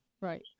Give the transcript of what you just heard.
Right